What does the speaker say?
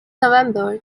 november